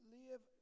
live